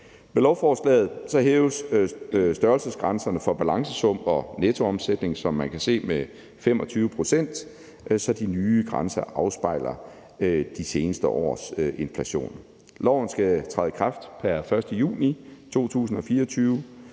Med lovforslaget hæves størrelsesgrænserne for balancesum og nettoomsætning, som man kan se, med 25 pct., så de nye grænser afspejler de seneste års inflation. Loven skal træde i kraft pr. 1. juni 2024,